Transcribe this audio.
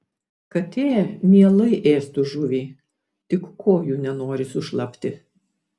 katė mielai ėstų žuvį tik kojų nenori sušlapti